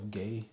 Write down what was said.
gay